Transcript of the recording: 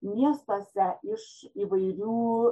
miestuose iš įvairių